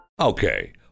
okay